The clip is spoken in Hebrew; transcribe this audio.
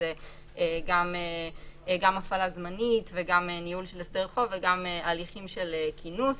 שזה גם הפעלה זמנית וגם ניהול של הסדר חוב וגם הליכים של כינוס.